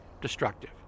destructive